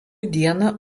dieną